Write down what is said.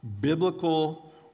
biblical